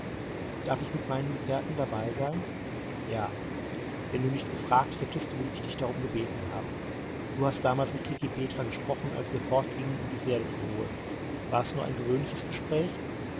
darf ich mit meinen gefährten dabei sein ja wenn du nicht gefragt hättest würde ich dich darum gebeten haben du hast damals mit klekih petra gesprochen als wir fortgingen um die pferde zu holen war es nur ein gewöhnliches gespräch